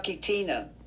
tina